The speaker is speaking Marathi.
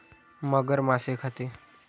मगर मासे खाते